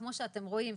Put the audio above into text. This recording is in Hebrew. כמו שאתם רואים,